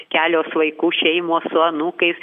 kelios vaikų šeimos su anūkais